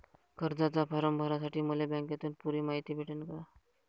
कर्जाचा फारम भरासाठी मले बँकेतून पुरी मायती भेटन का?